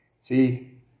See